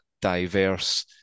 diverse